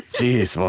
geez,